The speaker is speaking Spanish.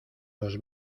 dos